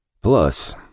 Plus